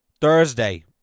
Thursday